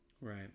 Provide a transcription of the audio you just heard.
Right